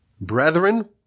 brethren